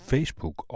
Facebook